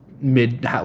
mid